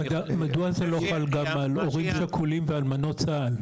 מדוע זה לא חל גם על הורים שכולים ועל אלמנות צה"ל?